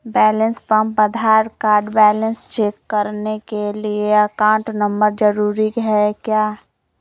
Balance pump Aadhaar card balance check करने के लिए अकाउंट नंबर जरूरी है क्या?